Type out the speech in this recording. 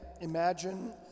imagine